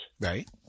Right